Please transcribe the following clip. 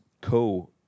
co